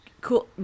Cool